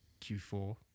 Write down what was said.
q4